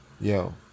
yo